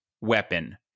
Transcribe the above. weapon